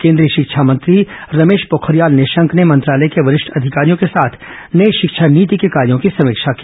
केंद्रीय शिक्षा मंत्री रमेश पोखरियाल निशंक ने मंत्रालय के वरिष्ठ अधिकारियों के साथ नई शिक्षा नीति के कार्यो की समीक्षा की